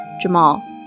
Jamal